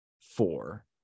four